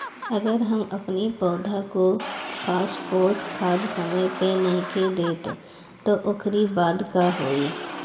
अगर हम अपनी पौधा के फास्फोरस खाद समय पे नइखी देत तअ ओकरी बाद का होई